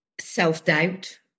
self-doubt